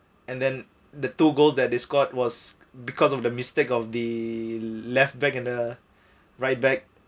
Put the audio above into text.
and then the two goal that discard was because of the mistake of the left back and the right back